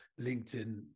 LinkedIn